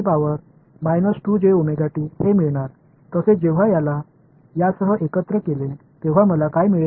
मला हे मिळणार तसेच जेव्हा याला यासह एकत्र केले तेव्हा मला काय मिळेल